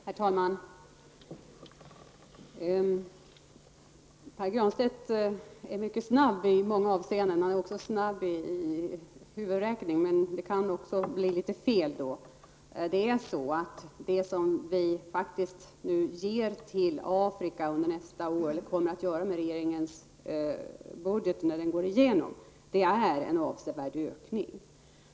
Herr talman! Pär Granstedt är mycket snabb i många avseenden. Han är också snabb i huvudräkning, men det kan då också bli litet fel. Det är så att det som vi när regeringens budget går igenom ger till Afrika nästa år innebär en avsevärd ökning.